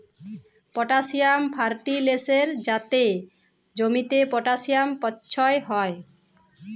potassium ফার্টিলিসের যাতে জমিতে পটাসিয়াম পচ্ছয় হ্যয়